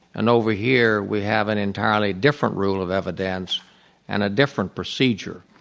and over here we have an entirely different rule of evidence and a different procedure.